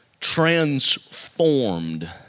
transformed